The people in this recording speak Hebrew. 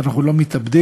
שאנחנו לא מתאבדים?